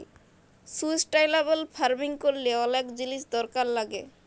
sustainable farming ক্যরলে অলেক জিলিস দরকার লাগ্যে